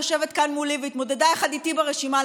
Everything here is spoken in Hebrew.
יושבת כאן מולי והתמודדה יחד איתי ברשימה,